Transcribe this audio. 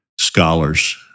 scholars